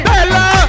Bella